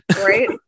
right